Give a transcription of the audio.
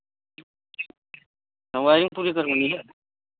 wiring पूरी करनी है क्या